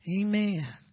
Amen